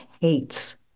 hates